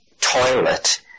toilet